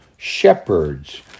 Shepherds